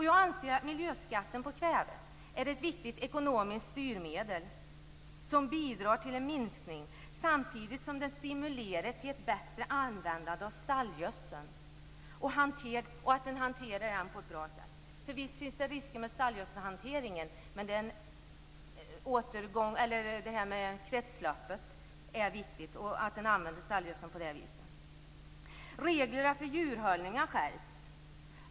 Jag anser att miljöskatten på kväve är ett viktigt ekonomiskt styrmedel som bidrar till en minskad kväveanvändning, samtidigt som den stimulerar till en bättre användning av stallgödsel och till en bra hantering. Visst finns det risker med stallgödselhanteringen. Detta med kretsloppet är viktigt vad gäller användningen av stallgödsel. Reglerna för djurhållningen har skärpts.